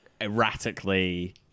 erratically